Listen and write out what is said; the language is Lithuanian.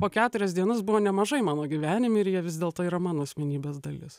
po keturias dienas buvo nemažai mano gyvenime ir jie vis dėlto yra mano asmenybės dalis